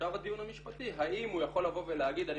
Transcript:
עכשיו הדיון המשפטי האם הוא יכול לבוא ולהגיד שאני,